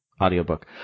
audiobook